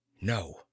no